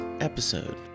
episode